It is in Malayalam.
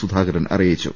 സുധാകരൻ അറിയിച്ചു